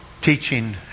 teaching